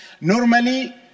Normally